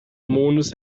mondes